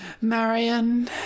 Marion